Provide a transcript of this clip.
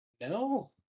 No